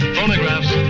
Phonographs